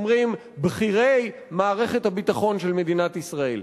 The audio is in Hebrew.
אומרים בכירי מערכת הביטחון של מדינת ישראל.